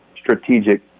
strategic